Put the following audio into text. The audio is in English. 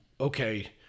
okay